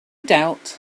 doubt